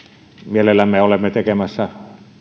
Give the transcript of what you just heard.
mielellämme olemme tekemässä